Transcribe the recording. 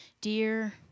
Dear